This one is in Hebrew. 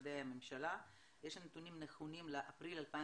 ולמשרדי הממשלה, יש נתונים נכונים לאפריל 2019,